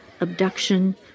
abduction